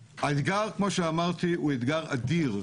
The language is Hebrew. האתגר, כמו שאמרתי, הוא אתגר אדיר.